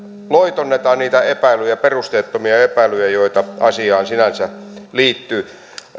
loitonnetaan niitä epäilyjä perusteettomia epäilyjä joita asiaan sinänsä liittyy